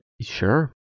Sure